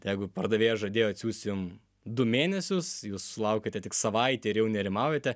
tai jeigu pardavėjas žadėjo atsiųsti jum du mėnesius jūs laukiate tik savaitę ir jau nerimaujate